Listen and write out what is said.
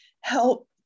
help